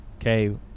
Okay